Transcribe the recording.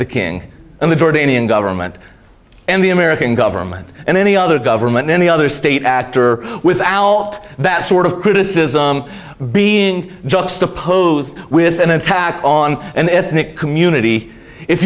the king and the jordanian government and the american government and any other government any other state actor without that sort of criticism being juxtaposed with an attack on an ethnic community if